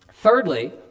Thirdly